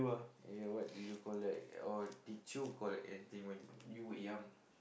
ya ya what did you collect or did you collect anything when you were young